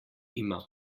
ima